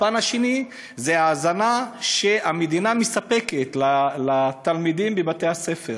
הפן השני זה ההזנה שהמדינה מספקת לתלמידים בבתי-הספר.